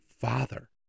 father